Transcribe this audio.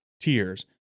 tears